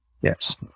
Yes